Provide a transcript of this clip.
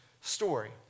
story